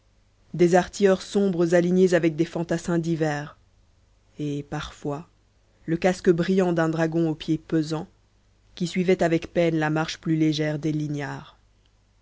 des artilleurs sombres alignés avec des fantassins divers et parfois le casque brillant d'un dragon au pied pesant qui suivait avec peine la marche plus légère des lignards